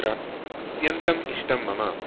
तत्र अत्यन्तम् इष्टं मम